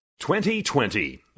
2020